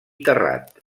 terrat